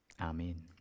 Amen